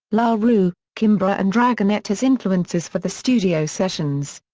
la roux, kimbra and dragonette as influences for the studio sessions.